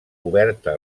oberta